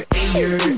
air